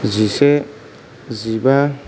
जिसे जिबा